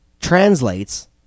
translates